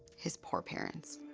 his poor parents.